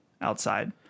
outside